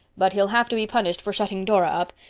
but he'll have to be punished for shutting dora up,